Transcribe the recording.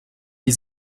die